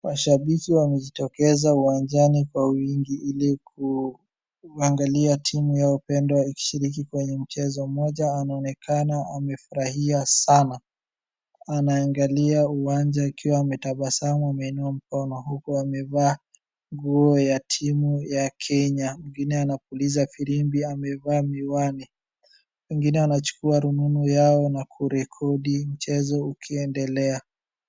Mashabiki wamejitokeza uwanjani kwa wingi ili kuangalia timu yao pendwa ikishiriki kwenye mchezo. Mmoja anaonekana amefurahi sana, anaaangalia uwanja akiwa ametabasamu ameinua mkono huku amevaa nguo ya timu ya Kenya. Mwingine anapuliza filimbi amevaa miwani, wengine wanachukua rununu yao na kurekodi mchezo ukiendelea.